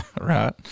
Right